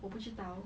我不知道